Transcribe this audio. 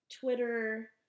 Twitter